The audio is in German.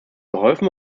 geholfen